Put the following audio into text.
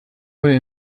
wurde